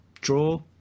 draw